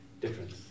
difference